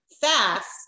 fast